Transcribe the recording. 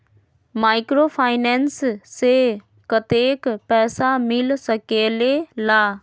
Microfinance से कतेक पैसा मिल सकले ला?